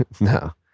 No